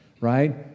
right